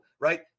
right